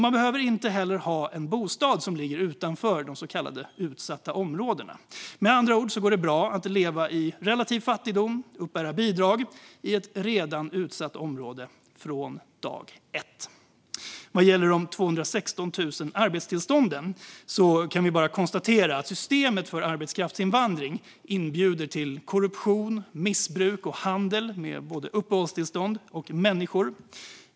Man behöver inte heller ha en bostad som ligger utanför de så kallade utsatta områdena. Med andra ord går det bra att leva i relativ fattigdom och uppbära bidrag i ett redan utsatt område från dag ett. Vad gäller de 216 000 arbetstillstånden kan vi bara konstatera att systemet för arbetskraftsinvandring inbjuder till korruption, missbruk och handel med både uppehållstillstånd och människor.